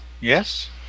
Yes